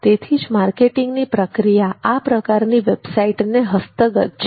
તેથી જ માર્કેટિંગની પ્રક્રિયા આ પ્રકારની વેબસાઈટને હસ્તગત છે